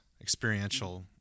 experiential